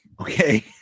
Okay